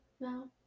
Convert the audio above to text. No